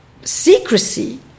secrecy